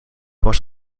was